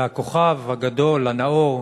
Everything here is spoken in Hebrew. והכוכב הגדול, הנאור,